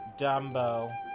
Dumbo